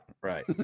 right